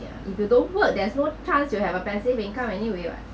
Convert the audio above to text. ya if you don't work there's no chance you have a passive income anyway [what]